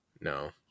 No